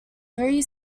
three